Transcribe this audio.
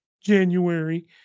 January